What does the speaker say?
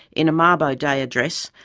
in a mabo day address,